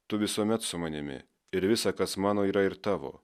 tu visuomet su manimi ir visa kas mano yra ir tavo